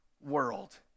world